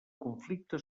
conflicte